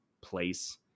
place